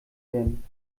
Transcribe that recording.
werden